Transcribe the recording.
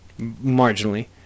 marginally